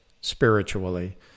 spiritually